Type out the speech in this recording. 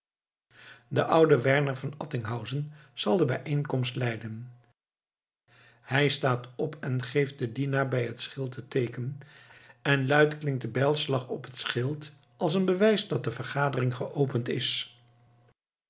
de oude werner van attinghausen zal de bijeenkomst leiden hij staat op en geeft den dienaar bij het schild het teeken en luid klinkt de bijlslag op het schild als een bewijs dat de vergadering geopend is